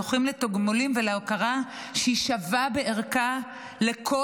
זוכים לתגמולים ולהוקרה שהיא שווה בערכה לשל